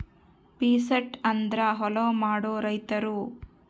peasant ಅಂದ್ರ ಹೊಲ ಮಾಡೋ ರೈತರು